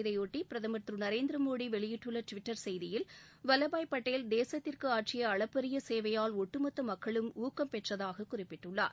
இதைபொட்டி பிரதமர் திரு நரேந்திரமோடி வெளியிட்டுள்ள டுவிட்டர் செய்தியில் வல்லபாய் படேல் தேசத்திற்கு ஆற்றிய அளப்பரிய சேவையால் ஒட்டுமொத்த மக்களும் ஊக்கம் பெற்றதாக குறிப்பிட்டுள்ளார்